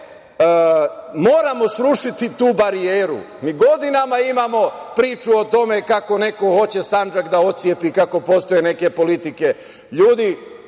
moramo srušiti tu barijeru. Mi godinama imamo priču o tome kako neko hoće Sandžak da otcepi, kako postoje neke politike.